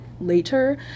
later